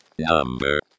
Number